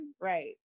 right